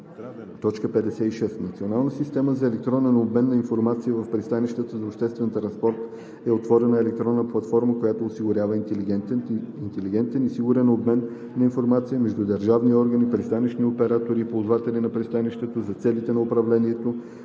стоянки. 56. „Национална система за електронен обмен на информация в пристанищата за обществен транспорт“ е отворена електронна платформа, която осигурява интелигентен и сигурен обмен на информация между държавните органи, пристанищните оператори и ползвателите на пристанището за целите на управлението,